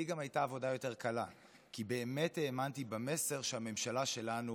לי גם הייתה עבודה יותר קלה כי באמת האמנתי במסר שהממשלה שלנו